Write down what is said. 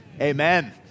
amen